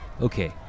Okay